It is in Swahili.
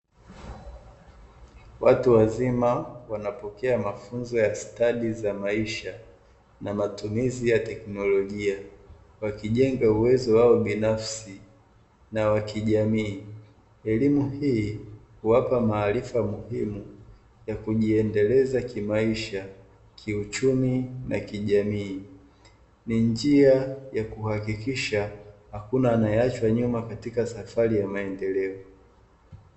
Watu wazima wanapokea mafunzo ya stadi za maisha na matumizi ya teknolojia, wakijenge uwezo wao binafsi na wa kijamii. Elimu hii huwapa maarifa muhimi ya kujiendeleze kimaisha, kiuchumi na kijamii. Ni njia ya kuhakikisha hakuna anaeachawa nyuma katika safari ya maendeleo.